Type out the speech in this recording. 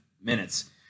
minutes